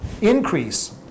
increase